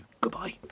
Goodbye